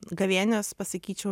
gavėnios pasakyčiau